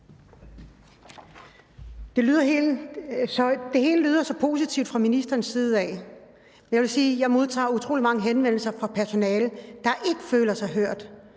Det hele lyder så positivt fra ministerens side. Jeg vil sige, at jeg modtager utrolig mange henvendelser fra personale, der ikke føler sig hørt.